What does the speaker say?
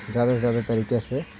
زیادہ سے زیادہ طریقے سے